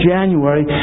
January